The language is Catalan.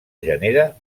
genera